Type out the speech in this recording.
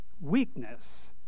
Weakness